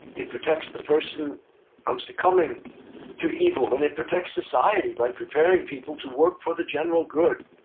it protects the person from succumbing to evil and it protects society by preparing people to work for the general good.